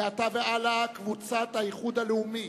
מעתה והלאה: קבוצת סיעת האיחוד הלאומי,